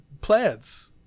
plants